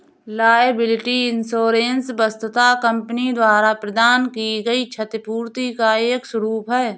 liability insurance वस्तुतः company द्वारा प्रदान की गई क्षतिपूर्ति का एक स्वरूप है